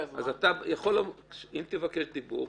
אם תבקש זכות דיבור,